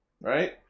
Right